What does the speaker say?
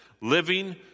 living